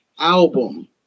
album